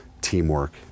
teamwork